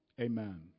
Amen